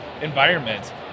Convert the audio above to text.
environment